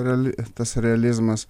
reali tas realizmas